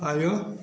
आरो